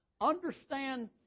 understand